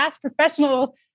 professional